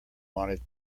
wanted